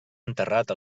enterrat